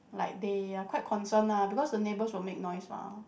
like they are quite concerned uh because the neighbours will make noise mah